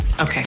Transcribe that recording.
Okay